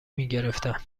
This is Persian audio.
میگرفتن